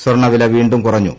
സ്വർണ വില വീണ്ടും കുറഞ്ഞു